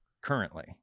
Currently